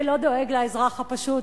ולא דואג לאזרח הפשוט.